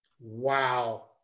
Wow